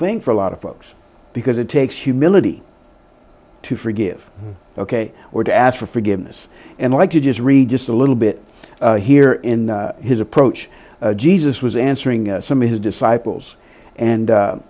thing for a lot of folks because it takes humility to forgive ok or to ask for forgiveness and like you just read just a little bit here in his approach jesus was answering some of his disciples and